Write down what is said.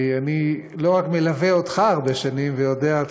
כי אני לא רק מלווה אותך הרבה שנים ויודע עד